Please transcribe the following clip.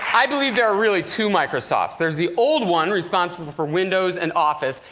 i believe there are really two microsofts. there's the old one, responsible for windows and office.